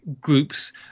groups